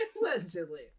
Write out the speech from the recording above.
Allegedly